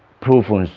prufung